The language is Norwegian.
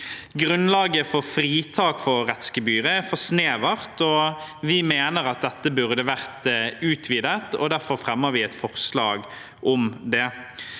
Grunnlaget for fritak for rettsgebyret er for snevert, og vi mener at det burde vært utvidet. Derfor fremmer vi et forslag om det.